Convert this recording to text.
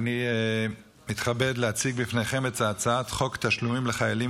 אני מתכבד להציג בפניכם את הצעת חוק תשלומים לחיילים